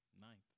Ninth